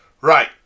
Right